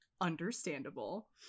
Understandable